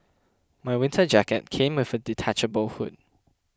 my winter jacket came with a detachable hood